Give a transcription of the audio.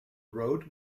road